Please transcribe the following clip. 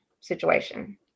situation